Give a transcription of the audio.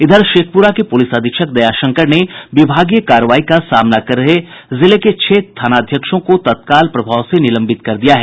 इधर शेखपुरा के पुलिस अधीक्षक दयाशंकर ने विभागीय कार्रवाई का सामना कर रहे जिले के छह थाना अध्यक्षों को तत्काल प्रभाव से निलंबित कर दिया है